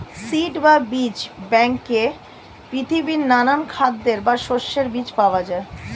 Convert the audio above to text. seed বা বীজ ব্যাংকে পৃথিবীর নানা খাদ্যের বা শস্যের বীজ পাওয়া যায়